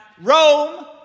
Rome